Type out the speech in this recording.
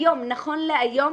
היום, נכון להיום,